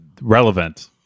relevant